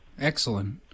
Excellent